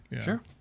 Sure